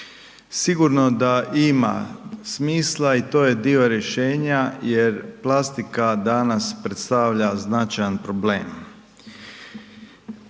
Sigurno da ima smisla i to je dio rješenja jer plastika danas predstavlja značajan problem.